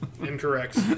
Incorrect